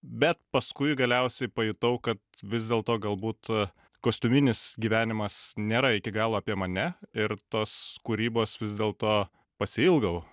bet paskui galiausiai pajutau kad vis dėlto galbūt kostiuminis gyvenimas nėra iki galo apie mane ir tos kūrybos vis dėlto pasiilgau